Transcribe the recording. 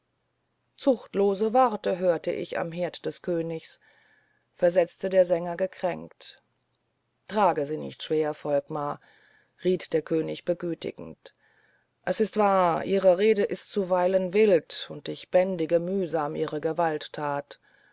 zuchtlose worte hörte ich am herd des königs versetzte der sänger gekränkt trag sie nicht schwer volkmar riet der könig begütigend es ist wahr ihre rede ist zuweilen wild und ich bändige mühsam ihre gewalttat